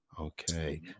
okay